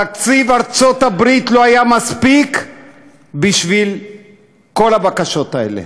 תקציב ארצות-הברית לא היה מספיק בשביל כל הבקשות האלה.